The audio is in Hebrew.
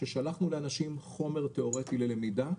ששלחנו לאנשים חומר תיאורטי ללמידה,